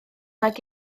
nag